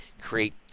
create